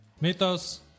Mythos